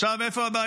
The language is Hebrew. עכשיו, איפה הבעיה?